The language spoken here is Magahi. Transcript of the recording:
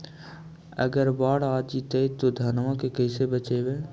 अगर बाढ़ आ जितै तो धान के कैसे बचइबै?